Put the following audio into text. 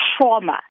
trauma